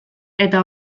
eta